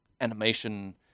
animation